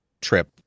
trip